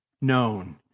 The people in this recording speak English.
known